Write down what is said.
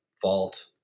vault